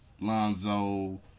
Lonzo